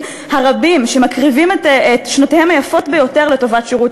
הרבים שמקריבים את שנותיהם היפות ביותר לטובת שירות